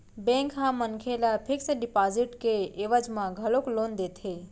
bank ह मनखे ल फिक्स डिपाजिट के एवज म घलोक लोन देथे